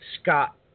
Scott